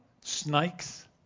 snakes